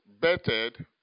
bettered